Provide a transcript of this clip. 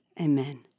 Amen